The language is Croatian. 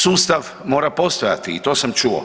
Sustav mora postojati i to sam čuo.